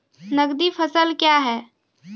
नगदी फसल क्या हैं?